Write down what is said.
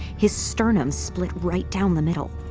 his sternum split right down the middle